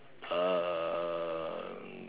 um